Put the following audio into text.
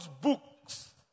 books